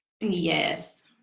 Yes